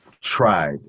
tried